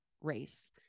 race